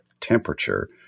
temperature